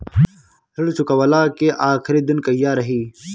ऋण चुकव्ला के आखिरी दिन कहिया रही?